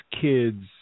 kids